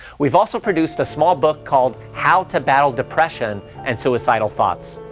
we've also produced a small book called, how to battle depression and suicidal thoughts.